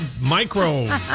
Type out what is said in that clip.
micro